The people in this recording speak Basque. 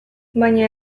baina